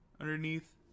underneath